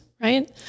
right